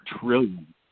trillion